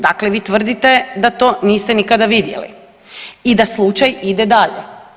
Dakle, vi tvrdite da to niste nikada vidjeli i da slučaj ide dalje.